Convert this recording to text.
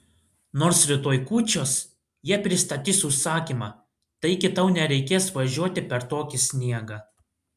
nors rytoj kūčios jie pristatys užsakymą taigi tau nereikės važiuoti per tokį sniegą